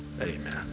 amen